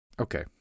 Okay